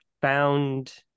found